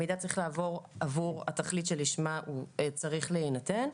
המידע צריך לעבור עבור התכלית שלשמה הוא צריך להינתן.